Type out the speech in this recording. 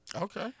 Okay